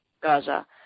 Gaza